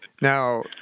Now